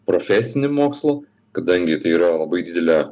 profesinį mokslų kadangi tai yra labai didelę